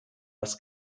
das